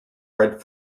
red